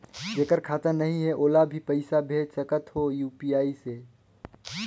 जेकर खाता नहीं है ओला भी पइसा भेज सकत हो यू.पी.आई से?